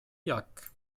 jak